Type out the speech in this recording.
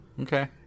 Okay